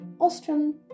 Austrian